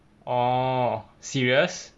orh serious